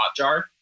Hotjar